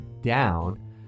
down